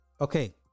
Okay